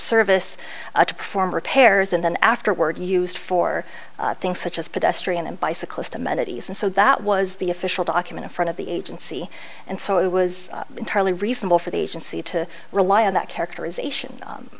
service to perform repairs and then afterward used for things such as pedestrian and bicyclist amenities and so that was the official document front of the agency and so it was entirely reasonable for the agency to rely on that characterization